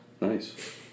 Nice